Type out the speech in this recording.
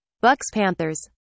Bucks-Panthers